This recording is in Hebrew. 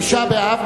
בתשעה באב,